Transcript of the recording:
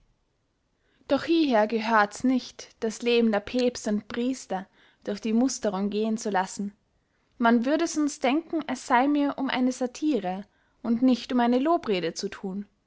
doch hieher gehörts nicht das leben der päbste und priester durch die musterung gehen zu lassen man würde sonst denken es sey mir um eine satire und nicht um eine lobrede zu thun